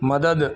مدد